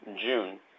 June